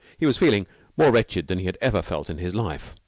he was feeling more wretched than he had ever felt in his life.